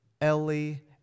Ellie